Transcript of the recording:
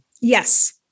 Yes